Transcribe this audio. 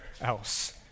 else